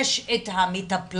יש את המטפלות,